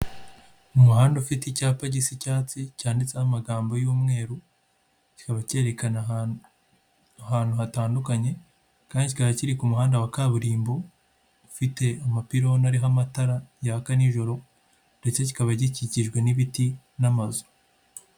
Umuhanda ufite icyapa gisa icyatsi cyanditseho amagambo y'umweru, kikaba cyerekana ahantu ahantu hatandukanye, kandi cyari kiri muhanda wa kaburimbo ufite amapironi ariho amatara yaka nijoro ndetse kikaba gikikijwe n'ibiti n'amazu.